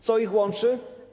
Co ich łączy?